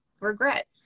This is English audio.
regret